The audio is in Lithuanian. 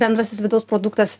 bendrasis vidaus produktas